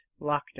Lockdown